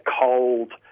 cold